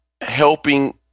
helping